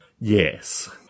yes